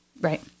right